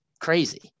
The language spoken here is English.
crazy